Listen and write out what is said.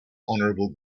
honourable